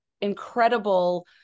incredible